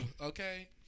Okay